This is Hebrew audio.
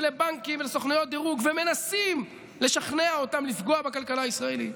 לבנקים ולסוכנויות דירוג ומנסים לשכנע אותם לפגוע בכלכלה הישראלית,